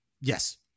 Yes